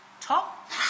Top